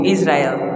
Israel